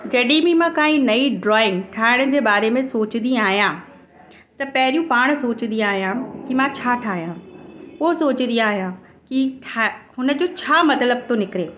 जॾहिं बि मां काई नईं ड्रॉइंग ठाहिण जे बारे में सोचंदी आहियां त पहिरियों पाण सोचंदी आहियां की मां छा ठाहियां पोइ सोचंदी आहियां की ठाहे हुन जो छा मतिलब थो निकिरे